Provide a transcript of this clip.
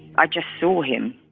i just saw him